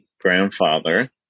grandfather